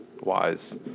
Wise